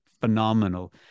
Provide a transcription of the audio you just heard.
phenomenal